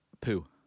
Poo